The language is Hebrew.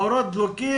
האורות דלוקים,